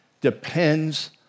depends